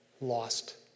lost